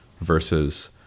versus